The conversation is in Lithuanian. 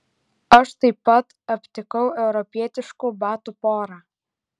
aš taip pat aptikau europietiškų batų porą